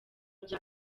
bya